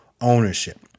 Ownership